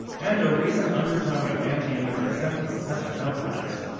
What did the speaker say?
and, a recent undertone of anti-immigrant sentiment hasn't helped matters.